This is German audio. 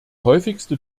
häufigste